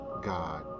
God